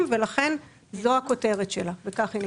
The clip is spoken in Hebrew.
ולכן זאת הכותרת שלה וכך היא נקראת.